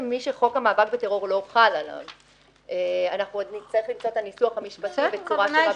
"לרבות מי שוועדת שחרורים מיוחדת" צריך להוסיף את הנושא של פסק הדין.